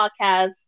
podcast